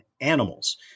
animals